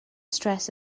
stress